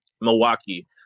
Milwaukee